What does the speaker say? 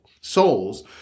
Souls